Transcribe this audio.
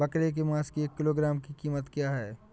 बकरे के मांस की एक किलोग्राम की कीमत क्या है?